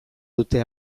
dute